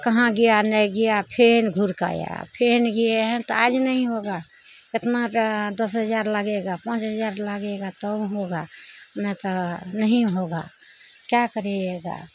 कहाँ गया नहि गया फेन घुरके आया फेन गये हैं तऽ आज नहि होगा केतना दस हजार लगेगा पाँच हजार लगेगा तब होगा नहि तऽ नहीं होगा क्या करियेगा